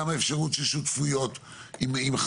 גם את האפשרות של שותפויות עם חברות.